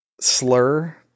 slur